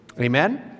amen